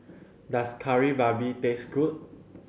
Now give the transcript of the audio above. does Kari Babi taste good